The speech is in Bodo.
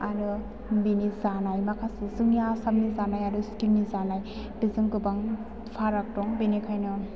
आरो बेनि जानाय माखासे जोंनि आसामनि जानाय आरो सिक्किमनि जानाय बेजों गोबां फाराग दं बेनिखायनो